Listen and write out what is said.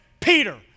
Peter